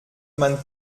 man